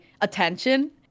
attention